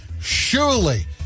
Surely